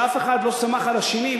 שאף אחד לא סמך על השני,